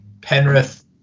Penrith